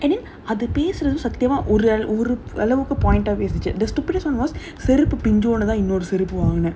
and then ஆமா அது பேசுறது சத்தியமா:aamaa adhu pesurathu sathyamaa the stupidest [one] was செருப்பு பிஞ்சிடும்னுதான்:serpu pinjidumnuthaan